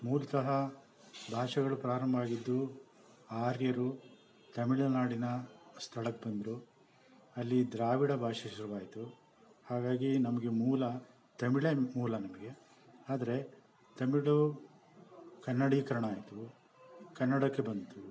ಮೂಲತಃ ಭಾಷೆಗಳು ಪ್ರಾರಂಭ ಆಗಿದ್ದು ಆರ್ಯರು ತಮಿಳುನಾಡಿನ ಸ್ಥಳಕ್ಕೆ ಬಂದರು ಅಲ್ಲಿ ದ್ರಾವಿಡ ಭಾಷೆ ಶುರುವಾಯಿತು ಹಾಗಾಗಿ ನಮಗೆ ಮೂಲ ತಮಿಳೇ ಮೂಲ ನಮಗೆ ಆದರೆ ತಮಿಳು ಕನ್ನಡೀಕರಣ ಆಯಿತು ಕನ್ನಡಕ್ಕೆ ಬಂತು